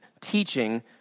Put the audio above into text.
teaching